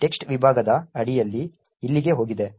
text ವಿಭಾಗದ ಅಡಿಯಲ್ಲಿ ಇಲ್ಲಿಗೆ ಹೋಗಿದೆ